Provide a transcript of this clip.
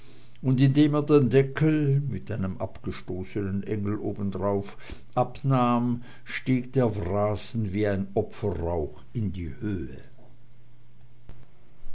und indem er den deckel mit einem abgestoßenen engel obenauf abnahm stieg der wrasen wie opferrauch in die höhe